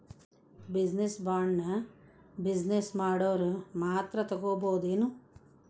Business ಬಾಂಡ್ನ business ಮಾಡೊವ್ರ ಮಾತ್ರಾ ತಗೊಬೊದೇನು?